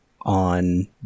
on